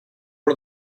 one